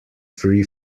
free